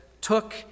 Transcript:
took